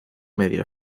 medio